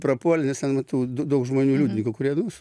prapuolė nes ten tų daug žmonių liudininkų kurie nu